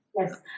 Yes